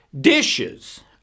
dishes